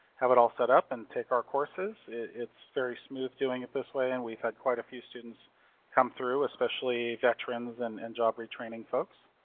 have it all setup, and take our courses. it's very smooth doing it this way. and we've had quite a few students come through, especially veterans and and job retraining folks.